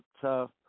tough